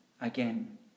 again